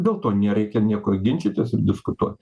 dėl to nereikia nieko ginčytis ir diskutuot